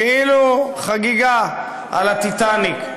כאילו חגיגה על הטיטניק.